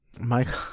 Michael